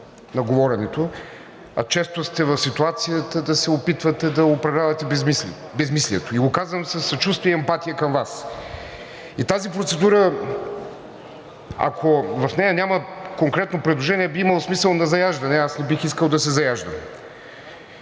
на говоренето, а често сте в ситуацията да се опитвате да управлявате безсмислието. И го казвам със съчувствие и емпатия към Вас. Тази процедура, ако в нея няма конкретно предложение, би имала смисъл на заяждане, а аз не бих искал да се заяждам.